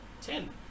Ten